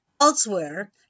Elsewhere